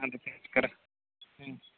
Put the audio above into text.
ಅದಕ್ಕೋಸ್ಕರ ಹ್ಞೂ